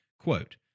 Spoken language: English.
quote